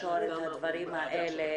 ולקשור את הדברים האלה